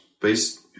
based